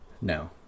No